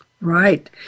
Right